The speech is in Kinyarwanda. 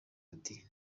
ati